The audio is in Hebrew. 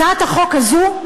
הצעת החוק הזאת,